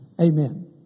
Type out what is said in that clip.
Amen